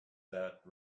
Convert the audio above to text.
that